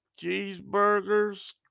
cheeseburgers